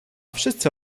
wszyscy